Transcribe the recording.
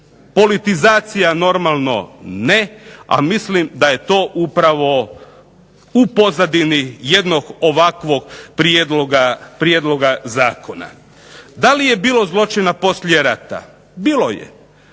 politizacija normalno ne, a mislim da je to upravo u pozadini jednog ovakvog prijedloga zakona. Da li je bilo zločina poslije rata, bilo je.